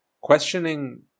questioning